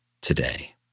today